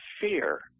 fear